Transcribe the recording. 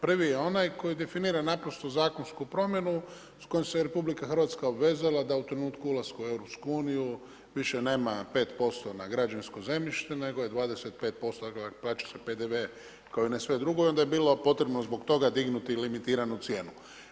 Prvi je onaj koji definira naprosto zakonsku promjenu s kojom se RH obvezala da u trenutku ulaska u EU više nema 5% na građevinsko zemljište nego je 25%, dakle plaća se PDV kao i na sve drugo i onda je bilo potrebno zbog toga dignuti limitiranu cijenu.